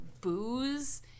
booze